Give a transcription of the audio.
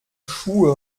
schuhe